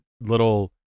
little